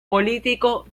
político